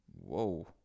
whoa